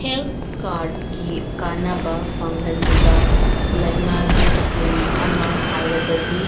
health ꯀꯥꯔ꯭ꯗꯀꯤ ꯀꯥꯅꯕ ꯐꯪꯍꯜꯂꯤꯕ ꯂꯩꯉꯥꯛꯀꯤ ꯁ꯭ꯀꯤꯝ ꯑꯃ ꯍꯥꯏꯔꯕꯗꯤ